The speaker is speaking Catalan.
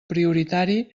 prioritari